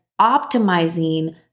optimizing